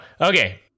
okay